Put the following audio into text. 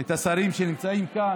ואת השרים שנמצאים כאן.